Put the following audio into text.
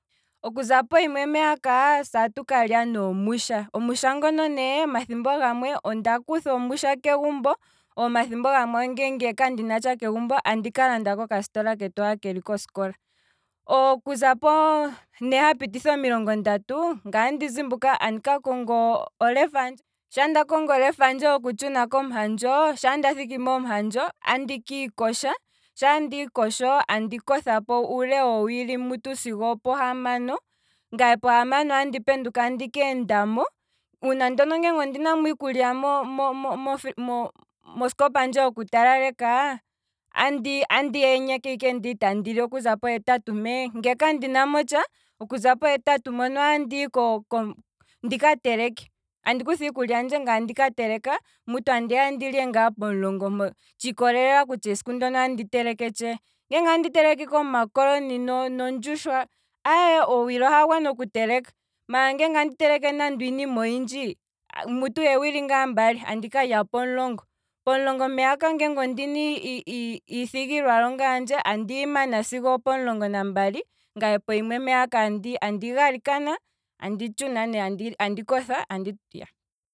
Okuza ne pohimwe mpee, se atukalya omusha, omusha ne ngono, thimbo limwe onda kutha kegumbo, omathimbo gamwe nge kandina andika landa kokasitola ketu ha keli kosikola, okuza pone hapititha omilongo ndatu, ngaye andi zimbuka ndika konge olefa handje, shaa nda kongo olefa handje hoku tshuna komuhandjo, andi kiikosha, shaa ndiikosho andi kothapo uule wo wili mutu sigo opo hamano, ngaye pohamano andi penduka andi keendamo, uuna ndono ngeenge ondina iikulya mo- mo- mo- mo freez mosikopa handje hoku ta laleka, andi andi inyeke ike ndele tandi li lopo hetatu mpee, nge kandi namo tsha okuza pohetatu mpono andi hi ko- ko ndika teleke, andi kutha iikulya yandje ngaye andika teleka mutu andiya ndilye ngaa pomulongo mpo, tshiikwa telela kutya esiku ndono andi teleke tshee, ngeenge andi teleke ike omakoloni nondjushwa, owili oha gwana oku teleka, maala ngele andi teleke nande iinima oyindji, mutu eewili ngaa mbali, andi kalya pomulongo, okuza pomulongo mpeya ka ngele ondina iithigilwa longa yandje, andiyi mana sigo opo mulongo nambali, ngaye pohimwe andi andi galikana, andi tshuna ne andi kotha, iyaa.